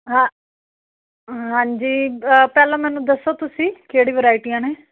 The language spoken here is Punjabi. ਹਾਂ ਹਾਂਜੀ ਪਹਿਲਾਂ ਮੈਨੂੰ ਦੱਸੋ ਤੁਸੀਂ ਕਿਹੜੀ ਵਰਾਈਟੀਆਂ ਨੇ